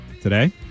today